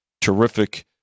terrific